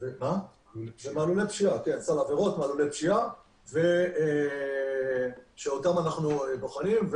מעלולי פשיעה, שאותם אנחנו בוחנים.